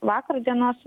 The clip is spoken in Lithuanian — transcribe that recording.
vakar dienos